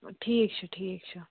ٹھیٖک چھُ ٹھیٖک چھُ